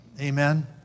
Amen